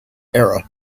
era